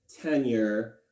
tenure